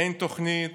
אין תוכנית,